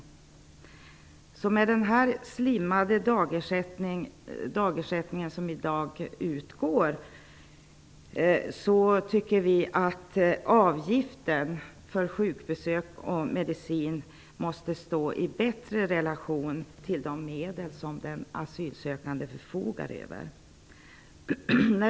Med tanke på den redan slimmade dagersättning som utgår tycker vi att avgiften för läkarbesök och medicin måste stå i bättre relation till de medel som den asylsökande förfogar över.